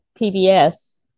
PBS